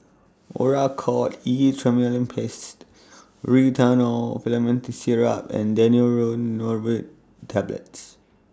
Oracort E Triamcinolone Paste Promethazine Syrup and Daneuron Neurobion Tablets